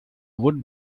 would